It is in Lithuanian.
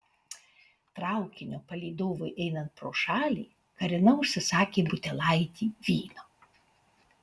traukinio palydovui einant pro šalį karina užsisakė butelaitį vyno